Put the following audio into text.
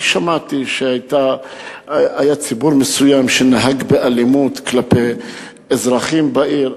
שמעתי שהיה ציבור מסוים שנהג באלימות כלפי אזרחים בעיר.